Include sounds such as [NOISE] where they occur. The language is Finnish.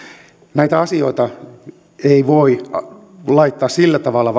näitä asioita ei voi laittaa vastakkain sillä tavalla [UNINTELLIGIBLE]